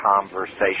conversation